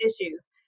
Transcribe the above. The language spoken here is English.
issues